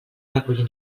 recollir